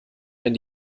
wenn